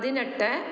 പതിനെട്ട്